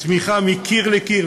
בתמיכה מקיר לקיר,